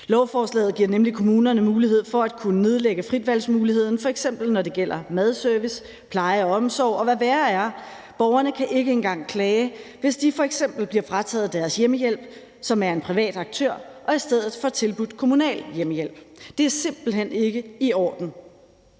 Lovforslaget giver nemlig kommunerne mulighed for at kunne nedlægge fritvalgsmuligheden, f.eks. når det gælder madservice, pleje og omsorg, og, hvad værre er, borgerne kan ikke engang klage, hvis de f.eks. bliver frataget deres hjemmehjælp, som er en privat aktør, og i stedet får tildelt kommunal hjemmehjælp. Det er simpelt hen ikke i orden.«